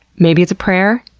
maybe it's a prayer.